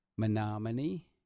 Menominee